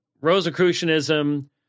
Rosicrucianism